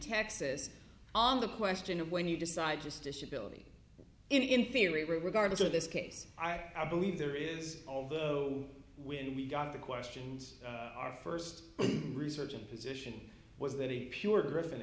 texas on the question of when you decide just disability in theory regardless of this case i believe there is although when we got to questions our first research and position was that a pure dri